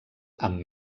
amb